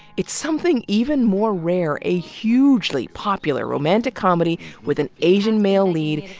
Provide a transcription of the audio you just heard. it's something even more rare a hugely popular romantic comedy with an asian male lead,